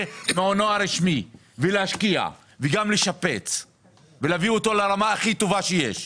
מעונו הרשמי ולהשקיע וגם לשפץ ולהביא אותו לרמה הכי טובה שיש,